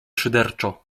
szyderczo